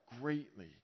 greatly